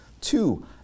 Two